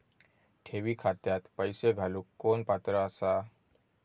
ठेवी खात्यात पैसे घालूक कोण पात्र आसा?